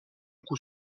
coup